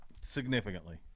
significantly